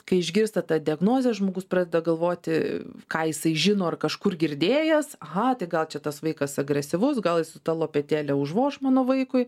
kai išgirsta tą diagnozę žmogus pradeda galvoti ką jisai žino ar kažkur girdėjęs aha tai gal čia tas vaikas agresyvus gal jis su ta lopetėle užvoš mano vaikui